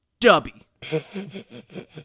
Dubby